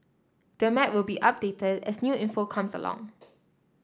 the map will be updated as new info comes along